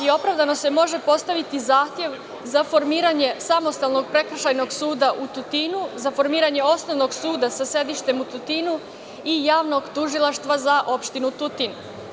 Opravdano se može postaviti zahtev za formiranje samostalnog prekršajnog suda u Tutinu za formiranje osnovnog suda sa sedištem u Tutinu i javnog tužilaštva za opštinu Tutin.